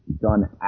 done